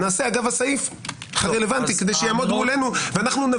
נעשה אגב הסעיף הרלוונטי כדי שיעמוד מולנו ואנחנו,